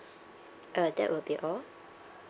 uh that will be all